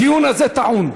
הדיון הזה טעון.